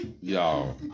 Yo